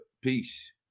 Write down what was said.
Peace